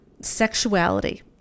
sexuality